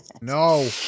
No